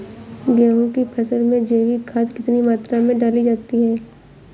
गेहूँ की फसल में जैविक खाद कितनी मात्रा में डाली जाती है?